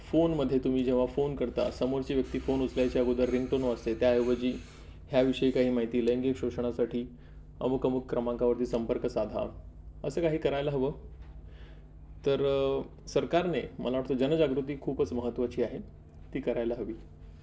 फोनमध्ये तुम्ही जेव्हा फोन करता समोरची व्यक्ती फोन उचलायच्या अगोदर रिंगटोन वाजते त्याऐवजी ह्याविषयी काही माहिती लैंगिक शोषणासाठी अमूक अमूक क्रमांकावरती संपर्क साधा असं काही करायला हवं तर सरकारने मला वाटतं जनजागृती खूपच महत्त्वाची आहे ती करायला हवी